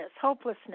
hopelessness